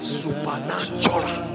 supernatural